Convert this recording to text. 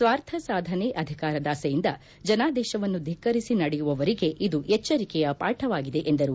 ಸ್ವಾರ್ಥ ಸಾಧನೆ ಅಧಿಕಾರದಾಸೆಯಿಂದ ಜನಾದೇಶವನ್ನು ಧಿಕ್ಕರಿಸಿ ನಡೆಯುವವರಿಗೆ ಇದು ಎಚ್ಚರಿಕೆಯ ಪಾಠವಾಗಿದೆ ಎಂದರು